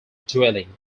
dwelling